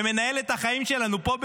ומנהלת את החיים שלנו פה,